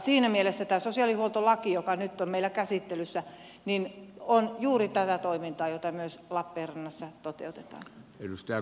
siinä mielessä tämä sosiaalihuoltolaki joka nyt on meillä käsittelyssä on juuri tätä toimintaa jota myös lappeenrannassa toteutetaan